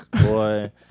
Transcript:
Boy